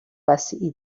وسیعی